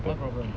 what problem